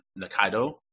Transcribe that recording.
nakaido